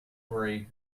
worry